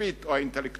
הכספית או האינטלקטואלית